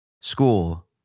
school